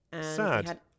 Sad